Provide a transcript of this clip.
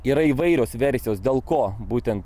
yra įvairios versijos dėl ko būtent